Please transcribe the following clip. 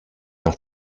nach